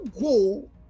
go